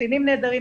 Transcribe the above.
קצינים נהדרים,